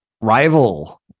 Rival